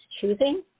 choosing